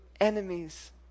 enemies